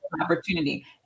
opportunity